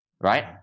right